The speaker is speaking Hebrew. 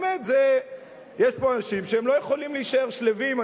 באמת, יש פה אנשים שהם לא יכולים להישאר שלווים.